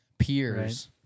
Peers